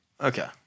Okay